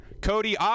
Cody